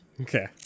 Okay